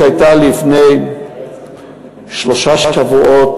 שהייתה לפני שלושה שבועות,